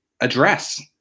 address